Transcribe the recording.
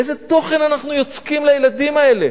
איזה תוכן אנחנו יוצקים לילדים האלה?